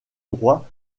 droit